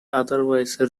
otherwise